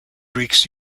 greeks